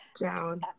Down